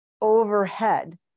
overhead